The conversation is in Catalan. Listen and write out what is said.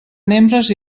membres